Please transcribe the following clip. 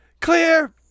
Clear